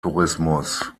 tourismus